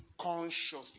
consciously